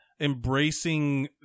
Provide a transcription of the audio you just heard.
Embracing